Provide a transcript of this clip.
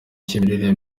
cy’imirire